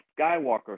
Skywalker